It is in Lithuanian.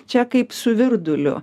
čia kaip su virduliu